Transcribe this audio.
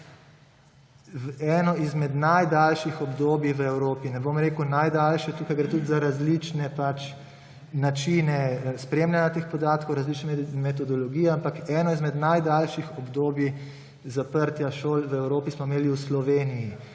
eno izmed najdaljših obdobij v Evropi. Ne bom rekel najdaljše, tukaj gre tudi za različne pač način spremljanja teh podatkov, različne metodologije, ampak eno izmed najdaljših obdobij zaprtja šol v Evropi smo imeli v Sloveniji.